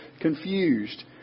confused